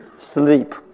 sleep